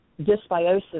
dysbiosis